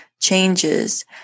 changes